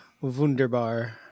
wunderbar